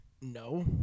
No